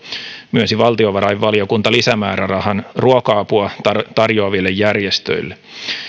myönsi valtiovarainvaliokunta lisämäärärahan ruoka apua tarjoaville järjestöille